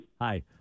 Hi